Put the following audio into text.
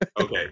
Okay